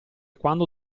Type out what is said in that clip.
quando